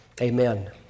amen